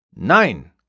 Nein